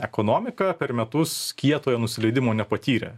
ekonomika per metus kietojo nusileidimo nepatyrė